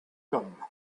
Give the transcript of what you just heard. gum